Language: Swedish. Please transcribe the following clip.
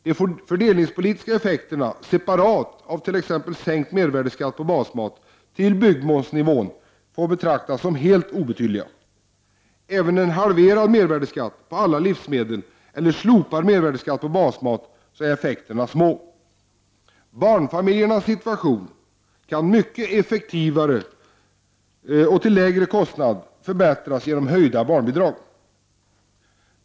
De fördelningspolitiska effekterna separat av t.ex. sänkt mervärdeskatt på basmat till byggmomsnivån får betraktas som helt obetydliga. Även vid en halverad mervärdeskatt på alla livsmedel eller slopad mervärdeskatt på basmat är effekterna små. Barnfamiljernas situation kan mycket effektivare och till lägre kostnad förbättras genom höjda barnbidrag.